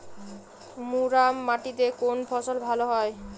মুরাম মাটিতে কোন ফসল ভালো হয়?